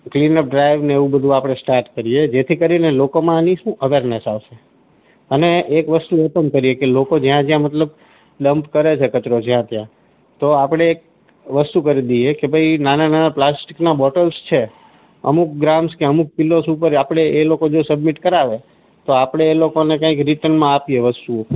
clean up drive ને એવું બધું આપણે સ્ટાટ કરીએ જેથી કરીને લોકોમાં આની શું અવેરનેસ આવશે અને એક વસ્તુ એ પણ કરીએ કે લોકો જ્યાં જ્યાં મતલબ ડમ્પ કરે છે કચરો જ્યાં ત્યાં તો આપણે એક વસ્તુ કરી દઈએ કે ભાઇ નાના નાના પ્લાસ્ટિકનાં બોટલ્સ છે અમુક ગ્રામસ કે અમુક કીલોસ ઉપર આપણે એ લોકો જો સબમિટ કરાવે તો આપણે એ લોકોને કંઈક રીટર્નમાં આપીએ વસ્તુ